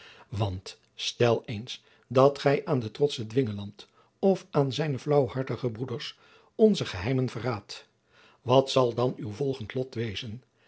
want stel eens dat gij aan den trotschen dwingeland of aan zijnen flaauwhartigen broeder onze geheimen verraadt wat zal dan uw volgend lot wezen